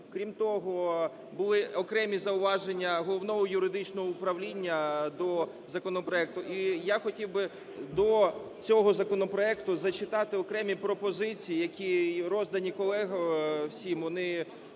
крім того, були окремі зауваження Головного юридичного управління до законопроекту. І я хотів би до цього законопроекту зачитати окремі пропозиції, які роздані колегою, вони